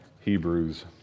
Hebrews